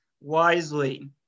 wisely